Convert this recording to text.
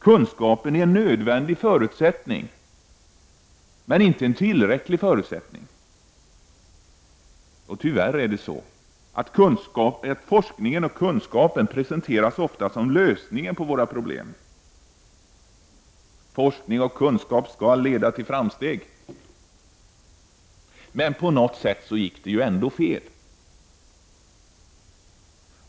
Kunskapen är en nödvändig förutsättning, men inte en tillräcklig förutsättning. Tyvärr presenteras forskningen och kunskapen ofta som lösningen på våra problem. Forskning och kunskap skall leda till framsteg — men på något sätt gick det ändå fel.